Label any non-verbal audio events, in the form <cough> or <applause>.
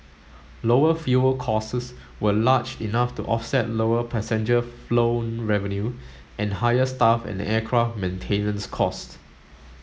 lower fuel <unintelligible> were large enough to offset lower passenger flown revenue and higher staff and aircraft maintenance costs